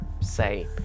say